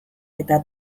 eta